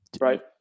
right